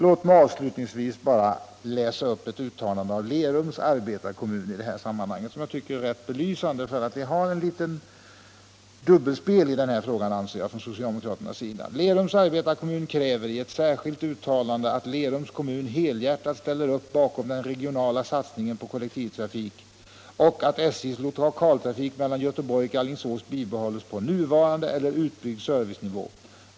Låt mig avslutningsvis bara läsa upp ett referat av ett uttalande från Lerums arbetarekommun, som jag tycker är belysande för socialdemokraternas dubbelspel i den här frågan: ”Lerums Arbetarekommun kräver i ett särskilt uttalande att Lerums kommun helhjärtat ställer upp bakom den regionala satsningen på kollektivtrafik och att SJ:s lokaltrafik mellan Göteborg och Alingsås bibehålles på nuvarande eller utbyggd servicenivå.